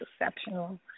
exceptional